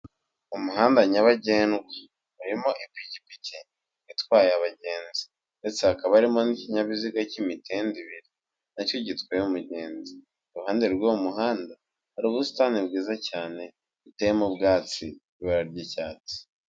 Umuhanda nyabagendwa, urimo ipikipiki itwaye abagenzi, ndetse hakaba harimo n'ikinyabiziga cy'imitende ibiri, na cyo gitwaye umugenzi, iruhande rw'uwo muhanda, hari ubusitani bwiza cyane buteyemo ubwatsi bw'ibara ry'icyatsi.